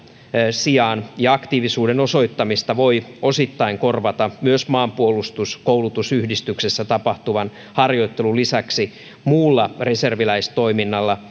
sijaan ja aktiivisuuden osoittamista voi osittain korvata myös maanpuolustuskoulutusyhdistyksessä tapahtuvan harjoittelun lisäksi muulla reserviläistoiminnalla